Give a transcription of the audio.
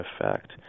effect